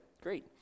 great